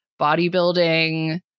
bodybuilding